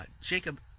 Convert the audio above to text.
Jacob